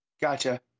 Gotcha